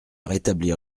rétablir